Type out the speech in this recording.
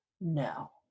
No